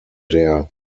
der